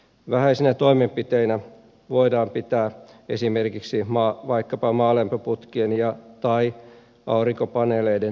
vähäisinä toimenpiteinä voidaan pitää esimerkiksi maalämpöputkien tai aurinkopaneeleiden rakentamista